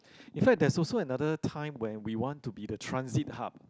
if I there's also another time when we want to be the transit hub